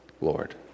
Lord